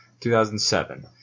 2007